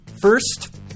First